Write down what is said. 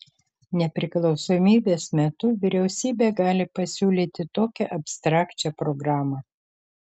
nepriklausomybės metu vyriausybė gali pasiūlyti tokią abstrakčią programą